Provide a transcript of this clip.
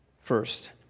first